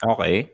Okay